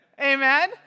Amen